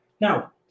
Now